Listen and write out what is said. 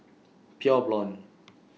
Pure Blonde